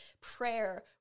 prayer